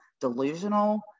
delusional